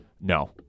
No